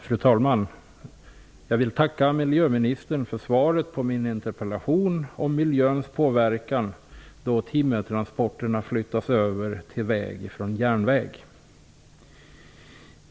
Fru talman! Jag vill tacka miljöministern för svaret på min interpellation om påverkan på miljön då timmertransporter flyttas över till väg ifrån järnväg.